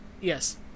Yes